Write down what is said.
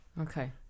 Okay